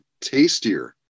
tastier